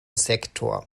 sektor